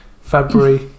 February